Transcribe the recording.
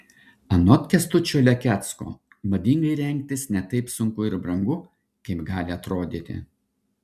anot kęstučio lekecko madingai rengtis ne taip sunku ir brangu kaip gali atrodyti